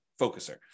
focuser